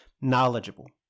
knowledgeable